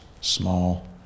small